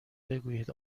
بگویید